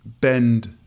bend